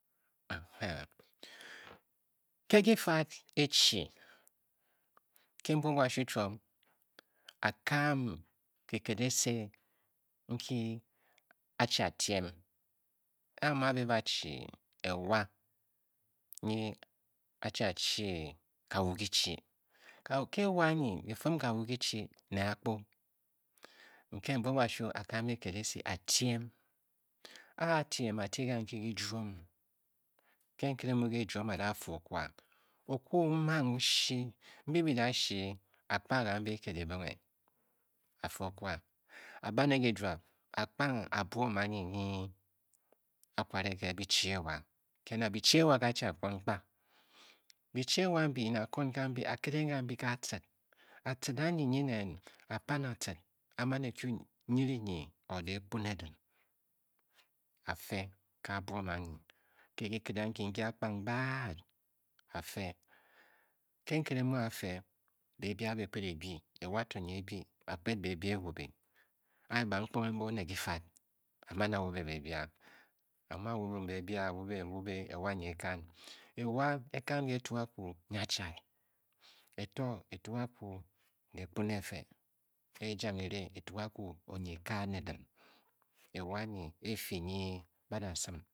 ke kifad e chi ke mbuob kashu chiom, a kam kiked esi nki a chi a tiem, a mu a be ba chi ewa nyi a chi a chii ka wu kichi, ke ewa anyi, bi fum kawu-kichi ne akpu. ke mboub kashu, a-kam kiked esi a tiem, a a tiem a ti kanki ki juom, ke nkere mu ki-juom a-da fe okwa, okwa o-mang o shi, mbi byi da shi a kpa kambi kiked kibonghe, a fe okwa, a ba ne kijuab, a kpang a bwom anyi nyi a kware ke bichi ewa. Ke na bichi ewa nke a chi a kwon kpa, bichi ewa ambi ne a kwon kambi a kedeng kambi ke atcid atcid anyi nyi nen, a paan atcid, a man e kyu nyiri nyi or kehkpu ne din a-fe ke abwom anyi ke diked anki, nki a-kpang gbaad a-fe, ke nkere mu a a fe be bia bi kped e bii, ewa to nyi e-bii, ba kped bebia ewube, anyi bankponghe mbe one kifad, a man a- wube bebia, a-wube, ewa nyi e-kan, ewa e-kan ke etu- kakwu nyiachad e to etukakwu kehkpo ne efe e e jang e re etukakwu onyirika ne din ewa anyi e-fiji nyi ba da sim